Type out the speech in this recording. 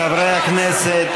חברי הכנסת,